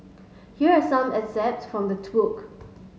here are some excerpt from the took